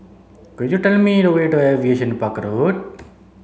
could you tell me the way to Aviation Park Road